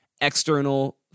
External